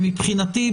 מבחינתי,